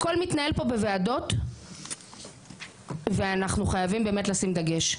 הכל מתנהל פה בוועדות ואנחנו חייבים באמת לשים דגש,